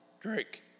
drink